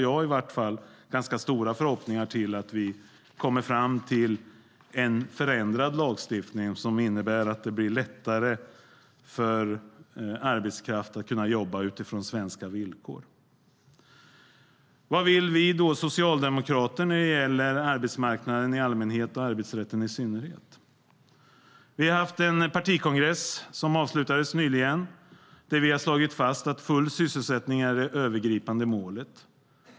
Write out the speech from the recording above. Jag har ganska stora förhoppningar på att vi kommer fram till en förändrad lagstiftning som innebär att det blir lättare för arbetskraft att jobba utifrån svenska villkor. Vad vill då vi socialdemokrater när det gäller arbetsmarknaden i allmänhet och arbetsrätten i synnerhet? Vi har haft en partikongress som nyligen avslutades. Där har vi slagit fast att full sysselsättning är det övergripande målet.